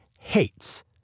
hates